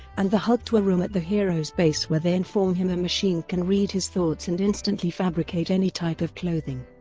and the hulk to a room at the heroes' base where they inform him a machine can read his thoughts and instantly fabricate any type of clothing.